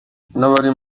n’abari